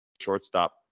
shortstop